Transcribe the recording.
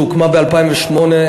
שהוקמה ב-2008,